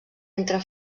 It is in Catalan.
entre